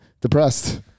depressed